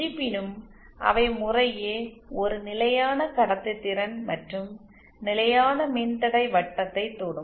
இருப்பினும் அவை முறையே ஒரு நிலையான கடத்துதிறன் மற்றும் நிலையான மின்தடை வட்டத்தைத் தொடும்